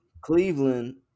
Cleveland